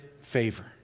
favor